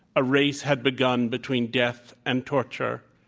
a race had begun between death andtorture.